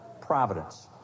providence